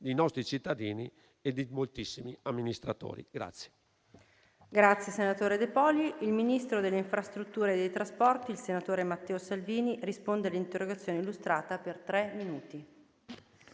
dei nostri cittadini e di moltissimi amministratori.